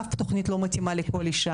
אף תוכנית לא מתאימה לכל אישה